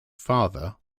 father